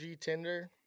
Tinder